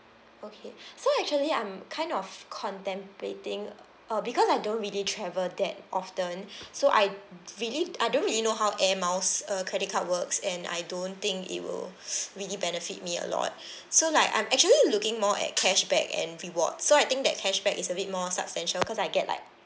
okay so actually I'm kind of contemplating uh because I don't really travel that often so I really I don't really know how air miles uh credit card works and I don't think it will really benefit me a lot so like I'm actually looking more at cashback and rewards so I think that cashback is a bit more substantial because I get like